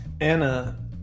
Anna